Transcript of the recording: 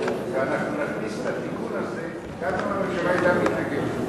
ואנחנו נכניס את התיקון הזה גם אם הממשלה היתה מתנגדת.